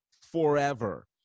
forever